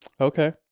okay